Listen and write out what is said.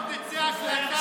עוד תצא הקלטה מהישיבה,